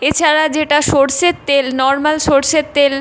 এছাড়া যেটা সরষের তেল নর্মাল সরষের তেল